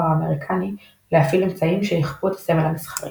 האמריקני להפעיל אמצעים שיכפו את הסמל המסחרי.